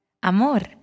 Amor